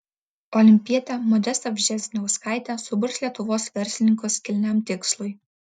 olimpietė modesta vžesniauskaitė suburs lietuvos verslininkus kilniam tikslui